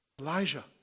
Elijah